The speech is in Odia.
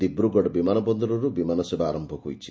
ଦିବ୍ରଗଡ଼ ବିମାନ ବନ୍ଦରରୁ ବିମାନ ସେବା ଆରମ୍ଭ ହୋଇଛି